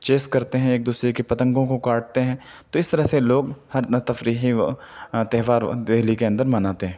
chess کرتے ہیں ایک دوسرے کی پتنگوں کو کاٹتے ہیں تو اس طرح سے لوگ ہر تفریحی وہ تہوار دہلی کے اندر مناتے ہیں